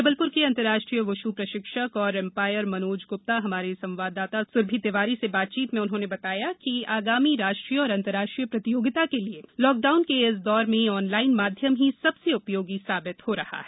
जबलप्र के अंतरराष्ट्रीय वुशु प्रशिक्षिक और एम्पायर मनोज गुप्ता ने हमारी संवाददाता स्रभि तिवारी से बातचीत में बताया कि आगामी राष्ट्रीय और अंतरराष्ट्रीय प्रतियोगिताओ के लिए लॉकडाउन के इस दौर मे ऑनलाइन माध्यम ही सबसे उपयोगी साबित हो रहा है